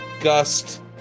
gust